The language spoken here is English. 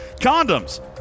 Condoms